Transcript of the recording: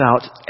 out